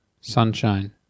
Sunshine